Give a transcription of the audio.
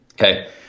Okay